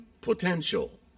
potential